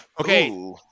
Okay